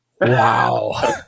wow